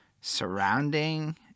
surrounding